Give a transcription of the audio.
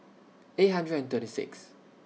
eight hundred and thirty six